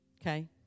Okay